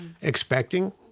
expecting